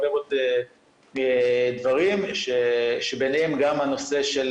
הרבה מאוד דברים שביניהם גם הנושאים,